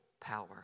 power